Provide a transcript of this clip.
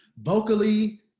vocally